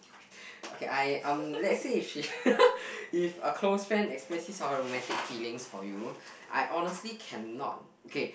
okay I um let's say if she if a close friend express his or her romantic feelings for you I honestly cannot K